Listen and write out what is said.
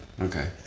Okay